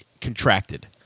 contracted